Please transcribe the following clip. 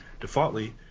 defaultly